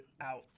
out